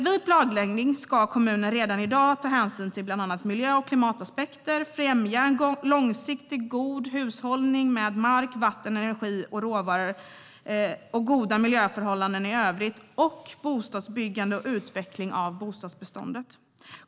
Vid planläggning ska kommunen redan i dag ta hänsyn till bland annat miljö och klimataspekter, främja en långsiktigt god hushållning med mark, vatten, energi och råvaror och goda miljöförhållanden i övrigt samt bostadsbyggande och utveckling av bostadsbeståndet.